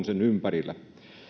sen ympärillä